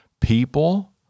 People